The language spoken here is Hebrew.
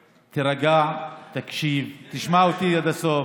תירגע, תקשיב, תשמע אותי עד הסוף